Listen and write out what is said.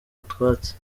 utwatsi